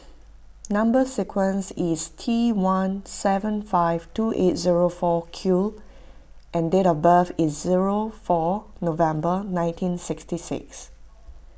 Number Sequence is T one seven five two eight zero four Q and date of birth is zero four November nineteen sixty six